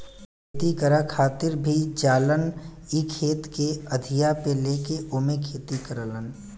खेती करे खातिर भी जालन इ खेत के अधिया पे लेके ओमे खेती करलन